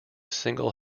single